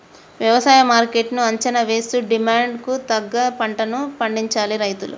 వ్యవసాయ మార్కెట్ ను అంచనా వేస్తూ డిమాండ్ కు తగ్గ పంటలను పండించాలి రైతులు